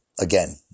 again